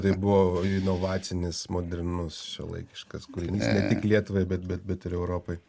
tai buvo inovacinis modernus šiuolaikiškas kūrinys ne tik lietuvai bet bet bet ir europai